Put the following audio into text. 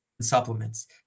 supplements